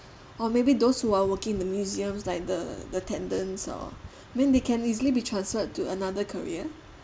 or maybe those who are working the museums like the the attendants or mean they can easily be transferred to another career